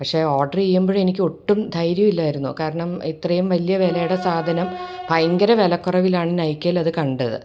പക്ഷേ ഓർഡർ ചെയ്യുമ്പോഴും എനിക്കൊട്ടും ധൈര്യമില്ലായിരുന്നു കാരണം ഇത്രയും വലിയ വിലയുടെ സാധനം ഭയങ്കര വിലക്കുറവിലാണ് നൈക്കയിൽ അത് കണ്ടത്